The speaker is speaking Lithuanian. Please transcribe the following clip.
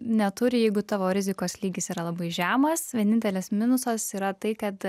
neturi jeigu tavo rizikos lygis yra labai žemas vienintelis minusas yra tai kad